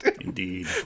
Indeed